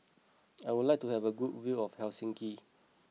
I would like to have a good view of Helsinki